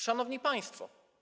Szanowni Państwo!